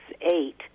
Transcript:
eight